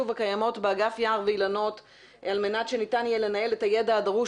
הקיימות באגף יער ואילנות על מנת שניתן יהיה לנהל את הידע הדרוש